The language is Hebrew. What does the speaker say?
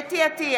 חוה אתי עטייה,